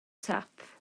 tap